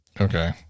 Okay